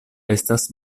estas